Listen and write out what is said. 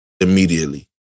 immediately